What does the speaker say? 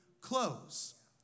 close